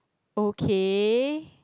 okay